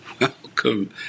Welcome